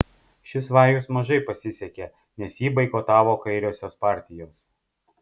šis vajus mažai pasisekė nes jį boikotavo kairiosios partijos